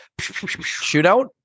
shootout